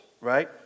Right